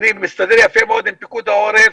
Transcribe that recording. אני מסתדר יפה מאוד עם פיקוד העורף,